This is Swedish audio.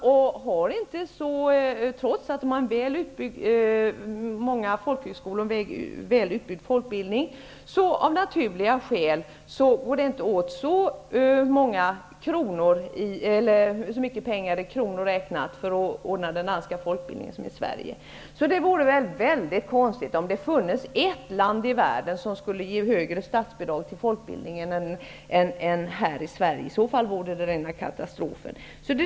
Av naturliga skäl, trots många folkhögskolor och en väl utbyggd folkbildning, går det därför inte åt så mycket pengar i kronor räknat som i Sverige för att ordna den danska folkbildningen. Det vore väl därför mycket konstigt om det hade funnits ett land i världen som gav högre statsbidrag till folkbildningen än Sverige. I så fall vore det rena katastrofen.